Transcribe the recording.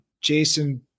Jason